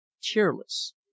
cheerless